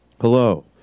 Hello